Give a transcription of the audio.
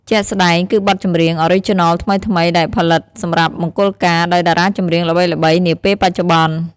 ជាក់ស្តែងគឺបទចម្រៀង Original ថ្មីៗដែលផលិតសម្រាប់មង្គលការដោយតារាចម្រៀងល្បីៗនាពេលបច្ចុប្បន្ន។